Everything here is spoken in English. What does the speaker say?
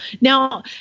Now